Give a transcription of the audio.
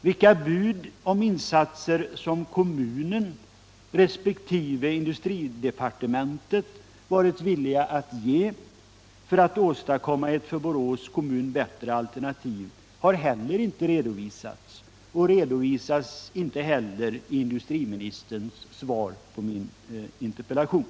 Vilka bud om insatser som kommunen resp. industridepartementet varit villiga att ge för att åstadkomma ett för Borås kommun bättre alternativ har heller inte redovisats, och det redovisas inte i industriministerns svar på min interpellation.